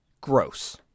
gross